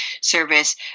service